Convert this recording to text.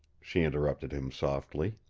she interrupted him softly.